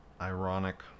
Ironic